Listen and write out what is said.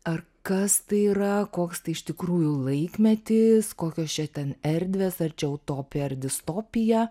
ar kas tai yra koks tai iš tikrųjų laikmetis kokios čia ten erdvės ar čia utopija ar distopija